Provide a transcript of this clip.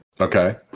Okay